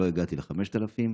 לא הגעתי ל-5,000.